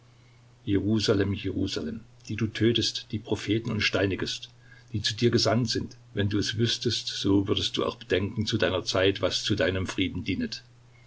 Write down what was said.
jerusalem die du tötest die propheten und steinigest die zu dir gesandt sind wenn du es wüßtest so würdest du auch bedenken zu deiner zeit was zu deinem frieden dienet